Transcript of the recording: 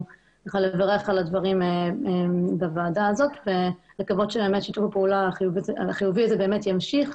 לברך על כך בוועדה ולקוות שבאמת שיתוף הפעולה החיובי הזה ימשיך.